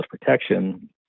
protection